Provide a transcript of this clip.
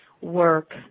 work